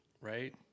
right